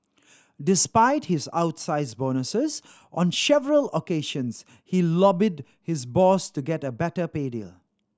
despite his outsize bonuses on several occasions he lobbied his boss to get a better pay deal